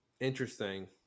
interesting